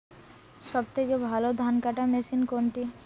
সবথেকে ভালো ধানকাটা মেশিন কোনটি?